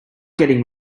getting